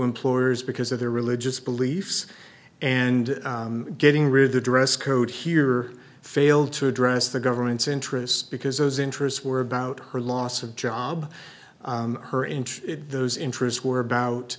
employers because of their religious beliefs and getting rid of the dress code here failed to address the government's interests because those interests were about her loss of job her interest those interests were about